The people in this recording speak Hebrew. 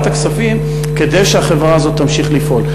הכספים כדי שהחברה הזאת תמשיך לפעול.